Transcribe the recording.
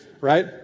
right